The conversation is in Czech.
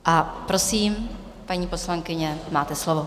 A prosím, paní poslankyně, máte slovo.